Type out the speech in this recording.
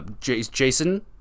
jason